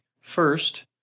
First